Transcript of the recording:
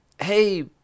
hey